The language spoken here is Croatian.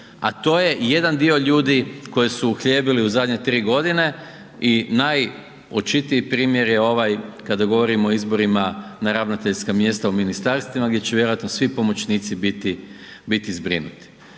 a to je jedan dio ljudi koje su uhljebili u zadnje tri godine i najočitiji primjer je ovaj kada govorimo o izborima na ravnateljska mjesta u ministarstvima gdje će vjerojatno svi pomoćnici biti zbrinuti.